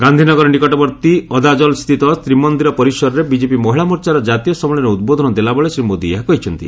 ଗାନ୍ଧିନଗର ନିକଟବର୍ତ୍ତୀ ଅଦାଲକ୍ସ୍ଥିତ ତ୍ରିମନ୍ଦିର ପରିସରରେ ବିଜେପି ମହିଳା ମୋର୍ଚ୍ଚାର କାତୀୟ ସମ୍ମିଳନୀରେ ଉଦ୍ବୋଧନ ଦେଲାବେଳେ ଶ୍ୱୀ ମୋଦି ଏହା କହିଛନ୍ତି